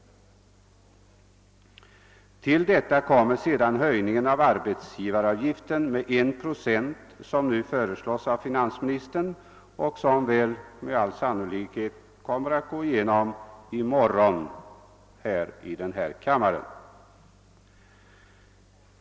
Till detta kommer sedan höjningen av arbetsgivaravgiften med 1 procent som nu föreslås av finansministern och som väl med all sannolikhet kommer att gå igenom i morgon i denna kammare.